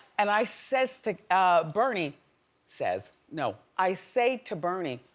and i says to bernie says, no. i say to bernie